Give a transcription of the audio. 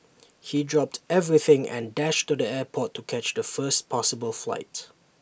he dropped everything and dashed to the airport to catch the first possible flight